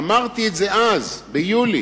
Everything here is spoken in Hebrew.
אמרתי את זה אז, ביולי,